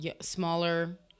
smaller